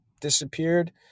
disappeared